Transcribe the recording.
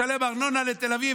משלם ארנונה לתל אביב,